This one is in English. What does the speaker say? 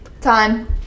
Time